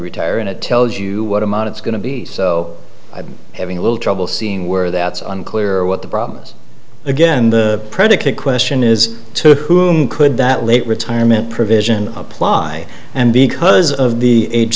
retire and it tells you what amount it's going to be so having a little trouble seeing where that's unclear what the problem again the predicate question is to whom could that late retirement provision apply and because of the age